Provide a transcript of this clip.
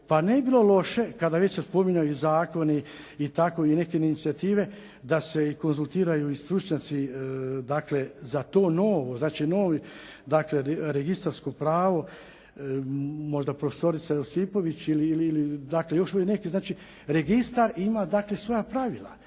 pa ne bi bilo loše kada već se spominju i zakoni i tako neke inicijative da se konzultiraju i stručnjaci za to novo, znači novo registarsko pravo, možda profesorica Josipović ili još neki. Registar ima svoja pravila,